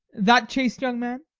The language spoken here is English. that chaste young man?